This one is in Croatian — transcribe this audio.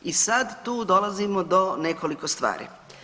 I sad tu dolazimo do nekoliko stvari.